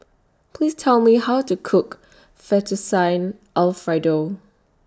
Please Tell Me How to Cook Fettuccine Alfredo